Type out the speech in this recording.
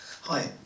Hi